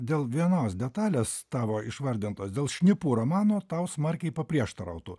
dėl vienos detalės tavo išvardintos dėl šnipų romano tau smarkiai paprieštarautų